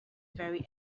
very